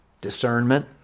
discernment